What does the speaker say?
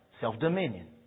Self-dominion